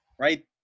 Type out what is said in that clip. right